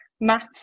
Maths